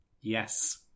Yes